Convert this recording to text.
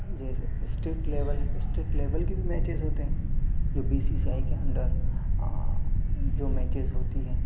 جیسے state level state level کے بھی میچز ہوتے ہیں جو بی سی سی آئی کے انڈر جو میچز ہوتی ہیں